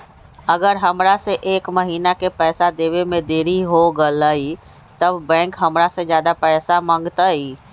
अगर हमरा से एक महीना के पैसा देवे में देरी होगलइ तब बैंक हमरा से ज्यादा पैसा मंगतइ?